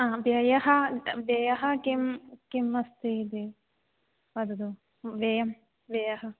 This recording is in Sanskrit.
हा व्ययः व्ययः किं किम् अस्ति इति वदतु व्ययः व्ययः